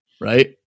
right